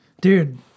Dude